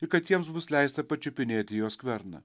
ir kad jiems bus leista pačiupinėti jo skverną